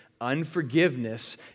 unforgiveness